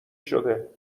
شده